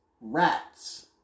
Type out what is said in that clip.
Rats